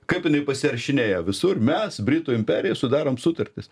kaip jinai pasirašinėja visur mes britų imperija sudarom sutartis